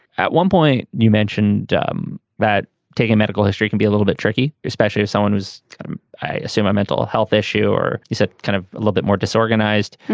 at one point you mentioned um that taking a medical history can be a little bit tricky especially if someone was i assume a mental health issue or you said kind of a little bit more disorganized.